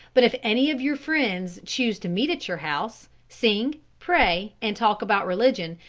but if any of your friends choose to meet at your house, sing, pray, and talk about religion,